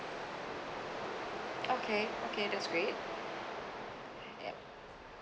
okay okay that's great yup